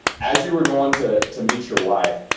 as you were going to to meet your wife,